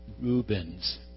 Rubens